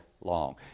long